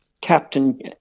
Captain